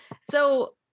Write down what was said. So-